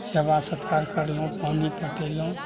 सेवा सत्कार कयलहुॅं पानी पटेलहुॅं